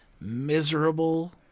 miserable